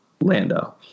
Lando